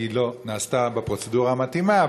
כי היא לא נעשתה בפרוצדורה המתאימה,